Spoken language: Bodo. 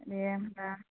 दे होनबा